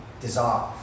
dissolve